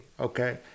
okay